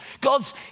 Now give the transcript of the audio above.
God's